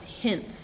hints